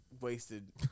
wasted